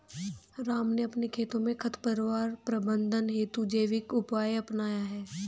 राम ने अपने खेतों में खरपतवार प्रबंधन हेतु जैविक उपाय अपनाया है